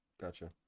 Gotcha